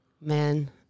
Man